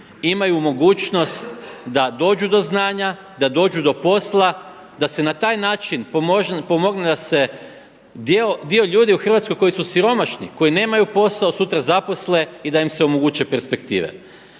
imaju mogućnost da dođu do znanja, da dođu do posla, da se na taj način pomogne da se dio ljudi u Hrvatskoj koji su siromašni, koji nemaju posao sutra zaposle i da im se omoguće perspektive.